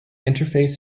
interface